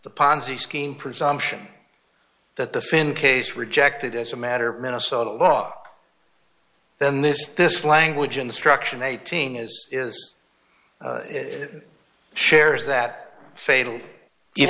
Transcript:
the ponzi scheme presumption that the finn case rejected as a matter of minnesota law then this this language instruction eighteen is shares that fatal